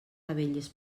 abelles